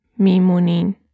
Mimunin